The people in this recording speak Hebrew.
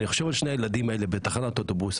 ואני חושב על שני הילדים האלה בתחנת האוטובוס,